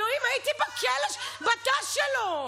אלוהים, הייתי בתא שלו.